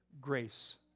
grace